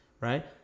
Right